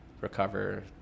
Recover